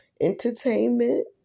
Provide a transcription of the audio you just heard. entertainment